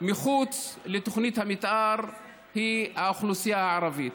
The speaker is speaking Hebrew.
מחוץ לתוכנית המתאר היא האוכלוסייה הערבית.